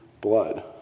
blood